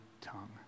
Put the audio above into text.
tongue